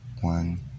one